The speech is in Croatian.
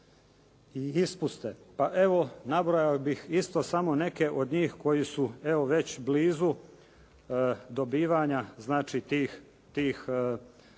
ispuste. Pa evo, nabrojao bih isto samo neke od njih koji su već blizu dobivanja tih